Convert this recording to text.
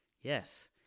Yes